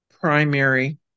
primary